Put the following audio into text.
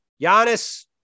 Giannis